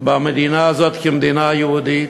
במדינה הזאת כמדינה יהודית.